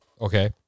okay